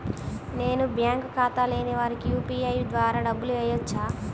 నేను బ్యాంక్ ఖాతా లేని వారికి యూ.పీ.ఐ ద్వారా డబ్బులు వేయచ్చా?